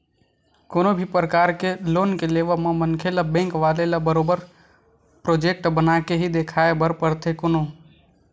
कोनो भी परकार के लोन के लेवब म मनखे ल बेंक वाले ल बरोबर प्रोजक्ट बनाके ही देखाये बर परथे कोनो